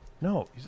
No